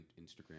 Instagram